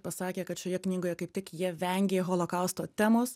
pasakė kad šioje knygoje kaip tik jie vengė holokausto temos